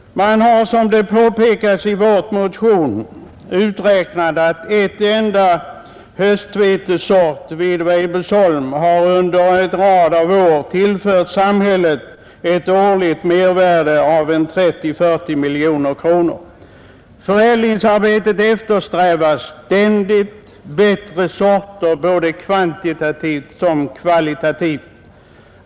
Man har, som det påpekas i vår motion, räknat ut att en enda höstvetesort från Weibullsholm under en rad av år har tillfört samhället ett årligt mervärde av 30 å 40 miljoner kronor. I förädlingsarbetet eftersträvas ständigt bättre sorter såväl kvantitativt som kvalitativt.